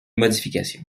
modification